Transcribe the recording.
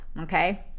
Okay